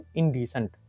indecent